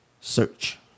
search